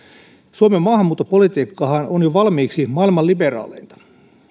suomen maahanmuuttopolitiikkahan on jo valmiiksi maailman liberaaleinta